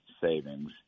savings